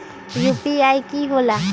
UPI कि होला?